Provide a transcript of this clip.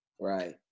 right